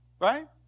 right